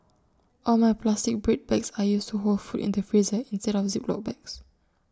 all my plastic bread bags are used to hold food in the freezer instead of Ziploc bags